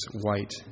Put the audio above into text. white